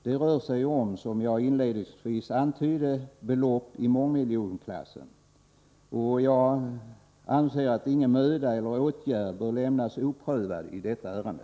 Det rör sig ju, som jag inlednings vis antydde, om belopp i mångmiljonklassen, och jag anser att ingen möda och ingen åtgärd bör lämnas oprövad i detta ärende.